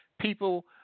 people